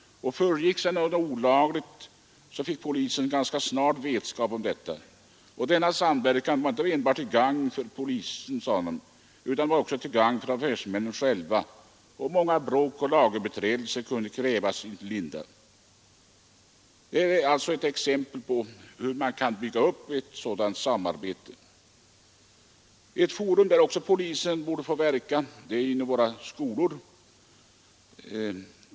Försiggick något olagligt fick polisen ganska snart vetskap om detta. Denna samverkan var till gagn inte enbart för polisen utan också för affärsmännen själva. Många bråk och lagöverträdelser kunde kvävas i sin linda. Detta är ett exempel på hur man kan bygga upp ett samarbete mellan allmänhet och polis. Ett forum där polisen borde få verka är våra skolor.